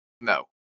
No